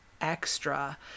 extra